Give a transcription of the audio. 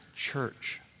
church